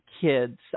kids